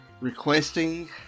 requesting